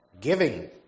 giving